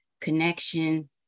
connection